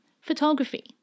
Photography